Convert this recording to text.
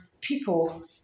people